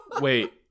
Wait